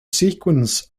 sequence